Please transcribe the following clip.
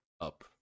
up